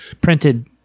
printed